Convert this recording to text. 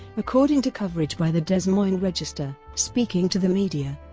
according to coverage by the des moines register, speaking to the media,